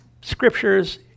scriptures